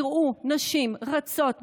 יראו נשים רצות,